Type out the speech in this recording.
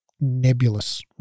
nebulous